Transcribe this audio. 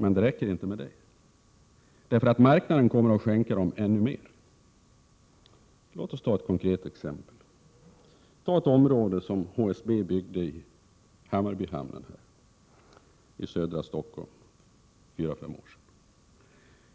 Men det räcker inte med det, därför att marknaden kommer att skänka dem ännu mer. Låt mig som konkret exempel ta det område som HSB byggde i Hammarbyhamnen i södra Stockholm för fyra fem år